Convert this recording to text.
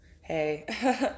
hey